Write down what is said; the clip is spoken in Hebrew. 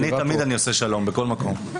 תמיד אני עושה שלום, בכל מקום.